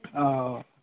ہاں